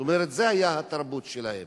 זאת אומרת, זה היתה התרבות שלהם.